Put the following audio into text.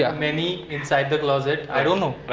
yeah many inside the closet. i don't know